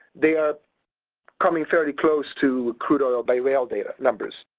they are coming fairly close to crude oil by rail data numbers.